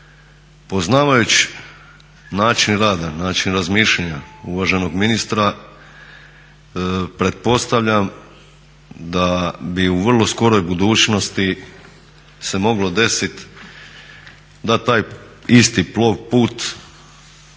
Poznavajući način rada, način razmišljanja uvaženog ministra pretpostavljam da bi u vrlo skoroj budućnosti se moglo desit da taj isti Plovput